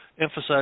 emphasize